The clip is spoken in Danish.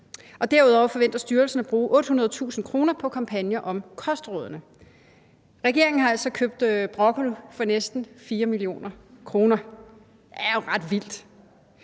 Derudover forventer styrelsen at bruge 800.000 kr. på kampagner om kostrådene. Regeringen har altså købt broccoli for næsten 4 mio. kr. Det er jo ret vildt.